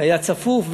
היה צפוף,